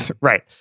Right